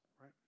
right